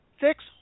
six